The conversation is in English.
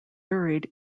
buried